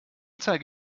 zeige